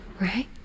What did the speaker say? right